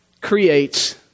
creates